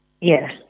yes